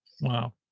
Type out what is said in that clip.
Wow